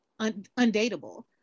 undateable